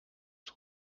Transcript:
too